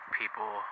people